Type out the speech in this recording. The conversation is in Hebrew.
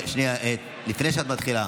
שנייה, לפני שאת מתחילה.